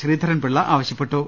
ശ്രീധരൻപിള്ള ആവശൃപ്പെട്ടു